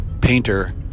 painter